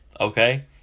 okay